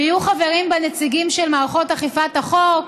ויהיו חברים בה נציגים של מערכות אכיפת החוק,